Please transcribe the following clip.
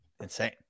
insane